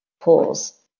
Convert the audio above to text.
pools